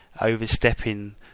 overstepping